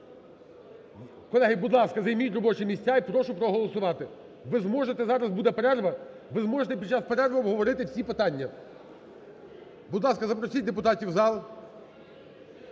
Колеги, будь ласка, займіть робочі місця і прошу проголосувати. Ви зможете, зараз буде перерва, ви зможете під час перерви обговорити всі питання. Будь ласка, запросіть депутатів в зал.